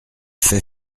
fait